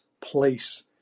place